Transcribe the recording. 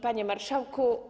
Panie Marszałku!